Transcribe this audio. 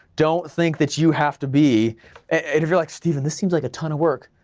don't think that you have to be, and if you're like stephen this seems like a ton of work,